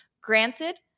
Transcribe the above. granted